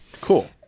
Cool